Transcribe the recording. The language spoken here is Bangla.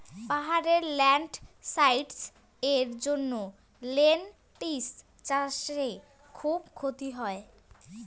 পাহাড়ে ল্যান্ডস্লাইডস্ এর জন্য লেনটিল্স চাষে খুব ক্ষতি হয়